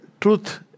truth